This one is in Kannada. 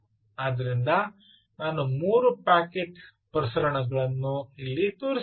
ಆದ್ದರಿಂದ ನಾನು ಮೂರು ಪ್ಯಾಕೆಟ್ ಪ್ರಸರಣಗಳನ್ನು ಇಲ್ಲಿ ತೋರಿಸಿದ್ದೇನೆ